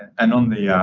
and on the, ah,